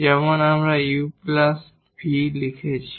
যেমন আমরা u plus v লিখেছি